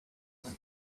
when